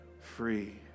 free